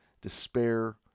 despair